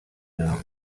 known